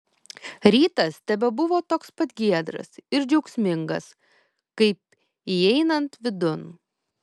rytas tebebuvo toks pat giedras ir džiaugsmingas kaip įeinant vidun